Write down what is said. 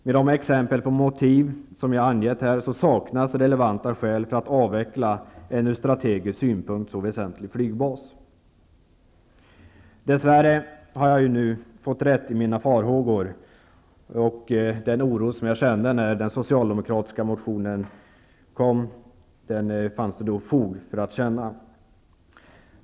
Med de exempel på motiv som jag angett saknas relevanta skäl för att avveckla en ur strategisk synpunkt väsentlig flygbas. Dessvärre har jag nu fått rätt i mina farhågor. Den oro som jag kände när den socialdemokratiska motionen väcktes, fanns det fog för att känna.